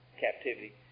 captivity